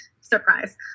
surprise